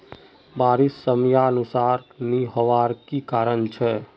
बारिश समयानुसार नी होबार की कारण छे?